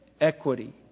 equity